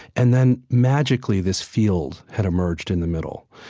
and then magically this field had emerged in the middle,